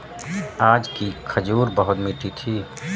आज की खजूर बहुत मीठी थी